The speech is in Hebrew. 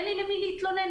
אין למי להתלונן.